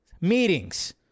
meetings